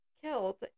killed